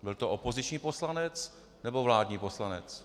Byl to opoziční poslanec, nebo vládní poslanec?